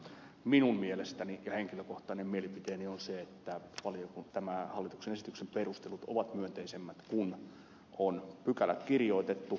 minun mielestäni ja henkilökohtainen mielipiteeni on se että tämän hallituksen esityksen perustelut ovat myönteisemmät kuin miten on pykälät kirjoitettu